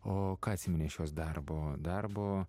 o ką atsimeni iš jos darbo darbo